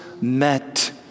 met